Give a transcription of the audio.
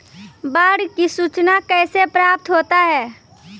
बाढ की सुचना कैसे प्राप्त होता हैं?